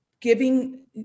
giving